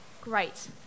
Great